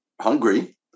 hungry